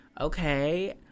okay